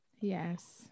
yes